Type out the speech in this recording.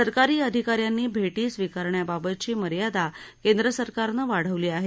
सरकारी अधिकार्यांनी भेटी स्वीकारण्याबाबतची मर्यादा केंद्रसरकारनं वाढवली आहे